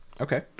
Okay